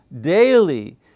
daily